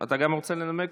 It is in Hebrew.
גם אתה רוצה לנמק?